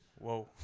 Whoa